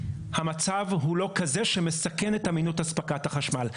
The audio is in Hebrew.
המצב הוא לא כזה שמסכן את אמינות אספקת החשמל.